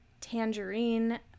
Tangerine